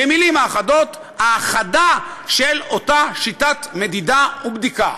במילים אחדות: האחדה של אותה שיטת מדידה ובדיקה,